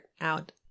out